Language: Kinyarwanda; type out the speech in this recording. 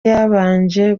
yabanje